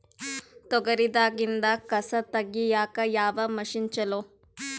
ತೊಗರಿ ದಾಗಿಂದ ಕಸಾ ತಗಿಯಕ ಯಾವ ಮಷಿನ್ ಚಲೋ?